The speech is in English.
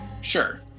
Sure